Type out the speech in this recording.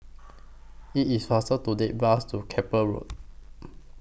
IT IS faster to Take Bus to Keppel Road